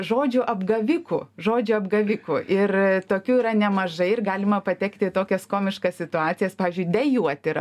žodžių apgavikų žodžių apgavikų ir tokių yra nemažai ir galima patekti į tokias komiškas situacijas pavyzdžiui dejuot yra